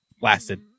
blasted